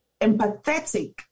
empathetic